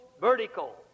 vertical